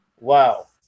Wow